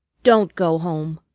don't go home!